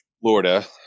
Florida